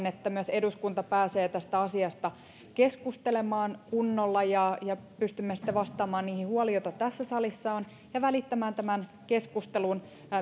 että myös eduskunta pääsee tästä asiasta keskustelemaan kunnolla ja ja pystymme sitten vastaamaan niihin huoliin joita tässä salissa on ja välittämään tämän keskustelun